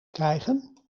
krijgen